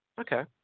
Okay